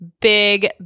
big